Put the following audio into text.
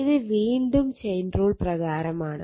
ഇത് വീണ്ടും chain rule പ്രകാരമാണ്